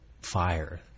fire